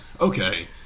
okay